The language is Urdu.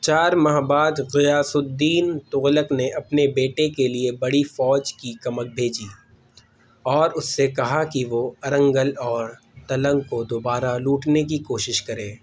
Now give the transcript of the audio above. چار ماہ بعد غیاث الدین تغلک نے اپنے بیٹے کے لیے بڑی فوج کی کمک بھیجی اور اس سے کہا کہ وہ ارنگل اور تلنگ کو دوبارہ لوٹنے کی کوشش کرے